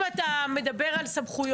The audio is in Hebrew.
אם אתה מדבר על סמכויות,